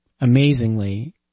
amazingly